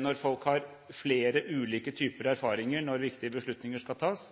Når folk har flere ulike typer erfaringer når viktige beslutninger skal tas,